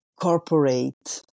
corporate